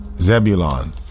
Zebulon